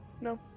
No